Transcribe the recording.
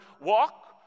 walk